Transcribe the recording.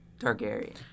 Targaryen